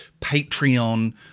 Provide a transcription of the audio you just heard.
Patreon